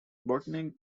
botanic